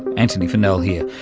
antony funnell here,